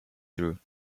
through